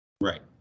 Right